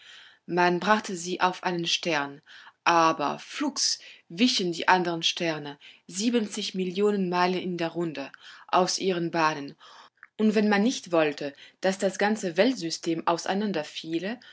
man brachte sie auf einen stern aber flugs wichen die andern sterne siebenzig millionen meilen in der runde aus ihren bahnen und wenn man nicht wollte daß das ganze weltsystem auseinander fiele